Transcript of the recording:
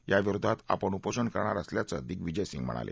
याविरोधात आपण उपोषण करणार असल्याचं दिगविजय सिंग म्हणाले